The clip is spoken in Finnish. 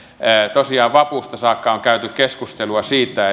tosiaan vapusta saakka on käyty keskustelua siitä